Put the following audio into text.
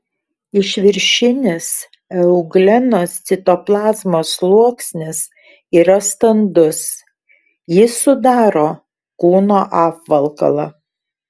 išviršinis euglenos citoplazmos sluoksnis yra standus jis sudaro kūno apvalkalą